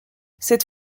cette